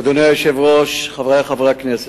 אדוני היושב-ראש, חברי חברי הכנסת,